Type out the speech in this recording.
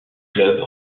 club